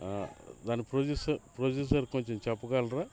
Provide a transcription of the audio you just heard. దాని processor processor కొంచం చెప్పగలరా